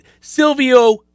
Silvio